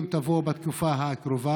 אם תבוא בתקופה הקרובה,